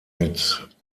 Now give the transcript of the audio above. mit